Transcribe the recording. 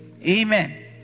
Amen